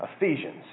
Ephesians